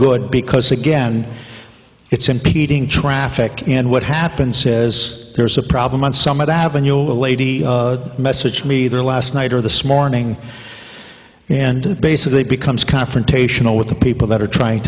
good because again it's impeding traffic and what happens says there's a problem on some other avenue a lady message me there last night or this morning and basically becomes confrontational with the people that are trying